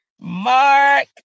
Mark